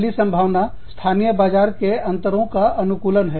पहली संभावना स्थानीय बाजार के अंतरों का अनुकूलन है